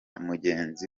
mugenzi